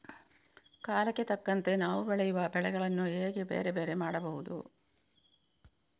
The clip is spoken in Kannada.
ಕಾಲಕ್ಕೆ ತಕ್ಕಂತೆ ನಾವು ಬೆಳೆಯುವ ಬೆಳೆಗಳನ್ನು ಹೇಗೆ ಬೇರೆ ಬೇರೆ ಮಾಡಬಹುದು?